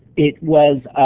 it was